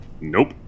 Nope